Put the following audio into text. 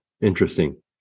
Interesting